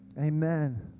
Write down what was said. Amen